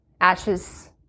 ashes